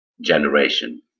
generation